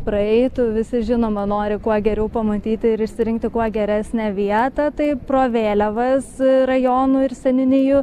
praeitų visi žinoma nori kuo geriau pamatyti ir išsirinkti kuo geresnę vietą tai pro vėliavas rajonų ir seniūnijų